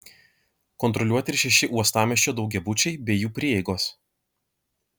kontroliuoti ir šeši uostamiesčio daugiabučiai bei jų prieigos